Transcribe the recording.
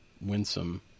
winsome